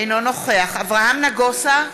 אינו נוכח אברהם נגוסה,